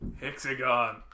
Hexagon